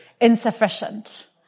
insufficient